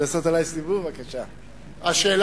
אתה רוצה לעשות עלי סיבוב?